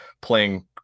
playing